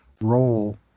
role